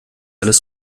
alles